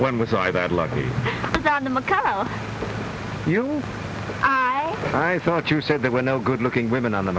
when was i that lucky you thought you said there were no good looking women on the